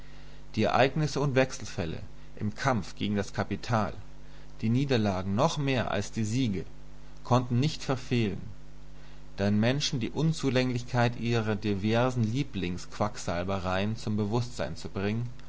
die ereignisse und wechselfälle im kampf gegen das kapital die niederlagen noch mehr als die siege konnten nicht verfehlen den menschen die unzulänglichkeit ihrer diversen lieblings quacksalbereien zum bewußtsein zu bringen